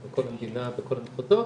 המדינה, בכל המחוזות,